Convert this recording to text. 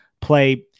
play